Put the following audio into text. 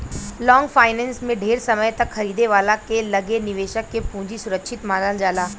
long finance में ढेर समय तक खरीदे वाला के लगे निवेशक के पूंजी सुरक्षित मानल जाला